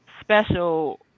special